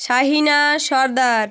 Shahina Sardar